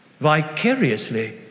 vicariously